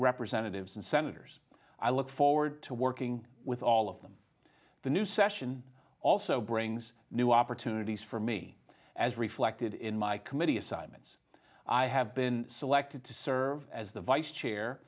representatives and senators i look forward to working with all of them the new session also brings new opportunities for me as reflected in my committee assignments i have been selected to serve as the vice chair